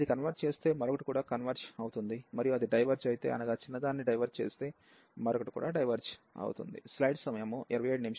ఇది కన్వెర్జ్ చేస్తే మరొకటి కూడా కన్వెర్జ్ అవుతుంది మరియు అది డైవెర్జ్ అయితే అనగా చిన్నదాన్ని డైవెర్జ్ చేస్తే మరొకటి కూడా డైవెర్జ్ అవుతుంది